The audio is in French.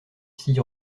six